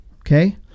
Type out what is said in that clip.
Okay